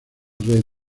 red